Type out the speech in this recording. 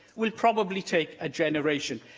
will probably take a generation,